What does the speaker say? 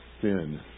sin